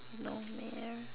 no meh